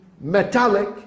metallic